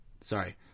Sorry